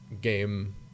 game